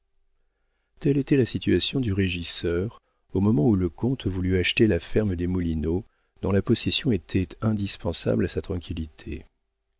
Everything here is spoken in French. telle était la situation du régisseur au moment où le comte voulut acheter la ferme des moulineaux dont la possession était indispensable à sa tranquillité